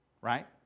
right